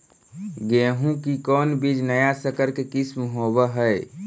गेहू की कोन बीज नया सकर के किस्म होब हय?